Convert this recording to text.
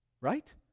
right